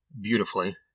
beautifully